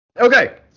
okay